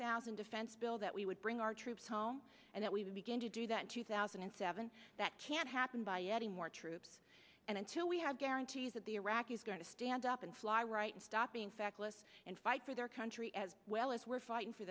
thousand defense bill that we would bring our troops home and that we would begin to do that two thousand and seven that can't happen by adding more troops and until we have guarantees that the iraqis going to stand up and fly right and stop in fact and fight for their country as well as we're fighting for